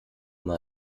mal